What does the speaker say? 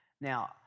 Now